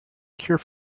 cure